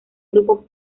grupo